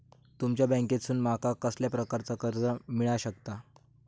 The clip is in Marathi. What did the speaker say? तुमच्या बँकेसून माका कसल्या प्रकारचा कर्ज मिला शकता?